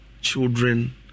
children